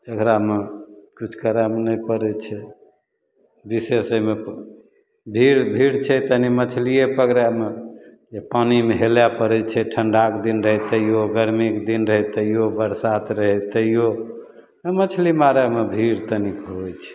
एकरामे कुछ करऽ नइ पड़ै छै विशेष एहिमे भीड़ भीड़ छै तनि मछलिए पकड़ैमे जे पानीमे हेलै पड़ै छै ठण्डाके दिन रहै तैओ गरमीके दिन रहै तैऔ बरसात रहै तैओ हँ मछली मारैमे भीड़ तनिक होइ छै